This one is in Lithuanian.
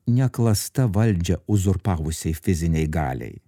ne klasta valdžią uzurpavusiai fizinei galiai